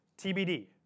TBD